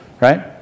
right